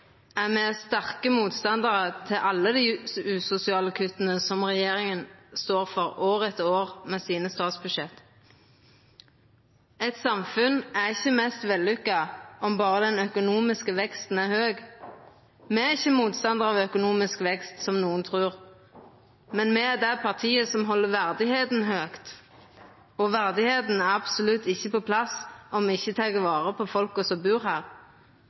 me sterke motstandarar av alle dei usosiale kutta som regjeringa står for år etter år med sine statsbudsjett. Eit samfunn er ikkje mest vellykka om berre den økonomiske veksten er høg. Me er ikkje motstandarar av økonomisk vekst, som nokon trur, men SV er det partiet som held verdigheit høgt – og verdigheita er absolutt ikkje på plass om me ikkje tek vare på dei som bur her.